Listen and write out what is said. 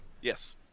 Yes